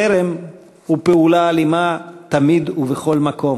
חרם הוא פעולה אלימה תמיד ובכל מקום.